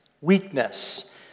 Weakness